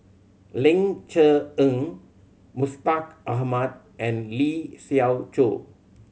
Ling Cher Eng Mustaq Ahmad and Lee Siew Choh